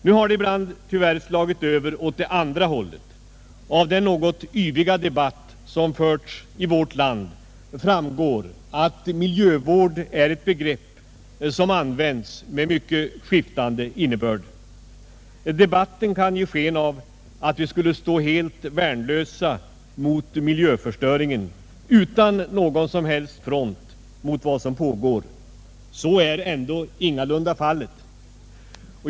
Nu har det ibland tyvärr slagit över åt det andra hållet, och av den något yviga debatt som förts i vårt land framgår, att miljövård är ett begrepp som används med mycket skiftande innebörd. Debatten kan ge sken av att vi skulle stå helt värnlösa mot miljöförstöringen utan någon som helst front mot vad som pågår. Så är dock ingalunda fallet.